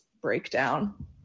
breakdown